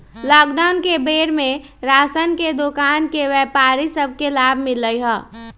lockdown के बेर में राशन के दोकान के व्यापारि सभ के लाभ मिललइ ह